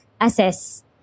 assess